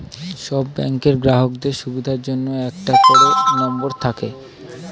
সব ব্যাংকের গ্রাহকের সুবিধার জন্য একটা করে নম্বর থাকে